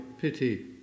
pity